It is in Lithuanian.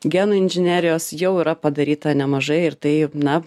genų inžinerijos jau yra padaryta nemažai ir tai na